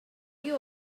you